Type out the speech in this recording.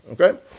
okay